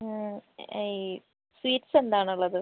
അ ഈ സ്വീറ്റ്സ് എന്താണുള്ളത്